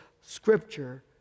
scripture